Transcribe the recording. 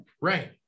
right